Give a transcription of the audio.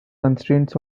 constraints